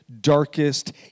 darkest